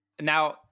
Now